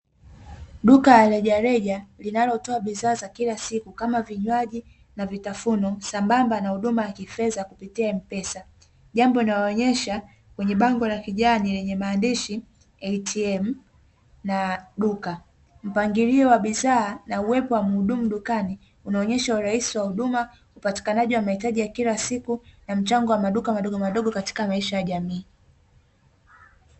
Duka la reja reja linalotoa bidhaa za kila siku, kama vinywaji na vitafunwa sambamba na huduma ya kifedha kupitia m pesa, jambo linaloonyesha kwenye bango la kijani lenye maandishi "ATM" na duka mpangilio wa bidhaa na uwepo wa mhudumu dukani unaonyesha urais wa huduma upatikanaji wa mahitaji ya kila siku na mchango wa maduka madogo madogo katika maisha ya jamii.